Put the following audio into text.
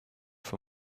for